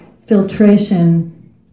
filtration